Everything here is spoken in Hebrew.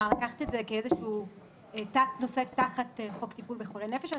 לקחת את זה כתת נושא תחת חוק טיפול בחולי נפש?